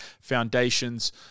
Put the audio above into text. Foundation's